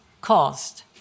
caused